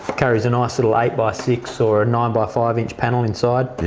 carries a nice little eight by six, or a nine by five inch panel inside. yeah.